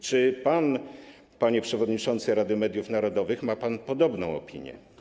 Czy pan, panie przewodniczący Rady Mediów Narodowych, ma podobną opinię?